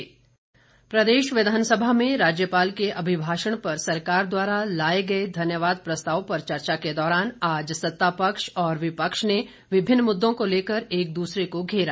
चर्चा प्रदेश विधानसभा में राज्यपाल के अभिभाषण पर सरकार द्वारा लाए गए धन्यवाद प्रस्ताव पर चर्चा के दौरान आज सत्तापक्ष और विपक्ष ने विभिन्न मुद्दों को लेकर एक दूसरे को घेरा